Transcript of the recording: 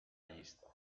llista